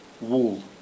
wool